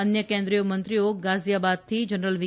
અન્ય કેન્દ્રીય મંત્રીઓ ગાઝીયાબાદથી જનરલ વી